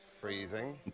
freezing